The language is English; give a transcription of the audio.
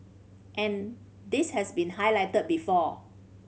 and this has been highlighted before